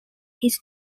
his